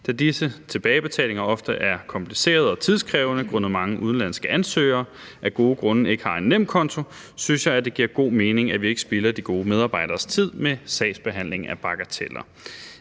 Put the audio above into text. Da disse tilbagebetalinger ofte er komplicerede og tidskrævende grundet mange udenlandske ansøgere, der af gode grunde ikke har en nemkonto, synes jeg, det giver god mening, at vi ikke spilder de gode medarbejderes tid med sagsbehandling af bagateller.